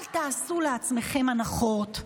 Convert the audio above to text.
אל תעשו לעצמכם הנחות,